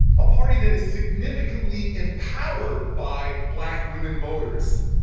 a party that is significantly empowered by black women voters,